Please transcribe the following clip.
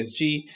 psg